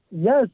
Yes